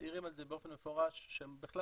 שמצהירים על זה באופן מפורש שהם בכלל